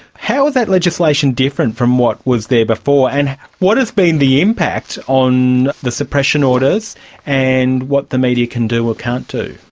how is that legislation different from what was there before, and what has been the impact on the suppression orders and what the media can do or can't do?